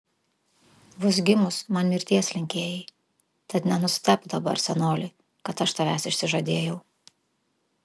vos gimus man mirties linkėjai tad nenustebk dabar senoli kad aš tavęs išsižadėjau